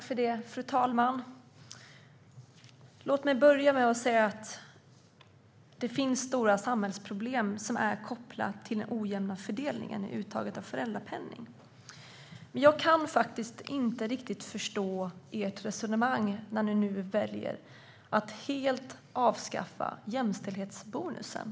Fru talman! Låt mig börja med att säga att det finns stora samhällsproblem som är kopplade till den ojämna fördelningen i uttaget av föräldrapenning. Men jag kan faktiskt inte riktigt förstå ert resonemang när ni väljer att helt avskaffa jämställdhetsbonusen.